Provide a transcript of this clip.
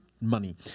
money